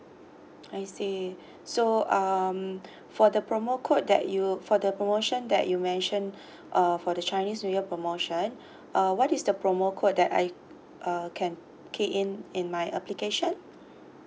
I see so um for the promo code that you for the promotion that you mentioned uh for the chinese new year promotion uh what is the promo code that I uh can key in in my application